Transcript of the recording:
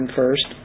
first